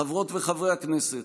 חברות וחברי הכנסת,